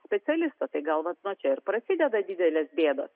specialisto tai gal vat nuo čia ir prasideda didelės bėdos